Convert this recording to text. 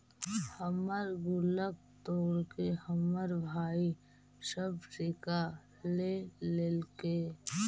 हमर गुल्लक तोड़के हमर भाई सब सिक्का ले लेलके